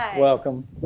welcome